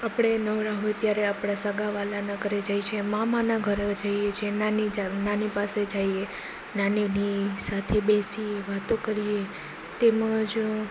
આપણે નવરા હોય ત્યારે આપણે સગા વહાલાના ઘરે જઈ છીએ મામાના ઘરે જઈએ છીએ નાની જામ નાની પાસે જઈએ નાનીની સાથે બેસી વાતો કરીએ તેમજ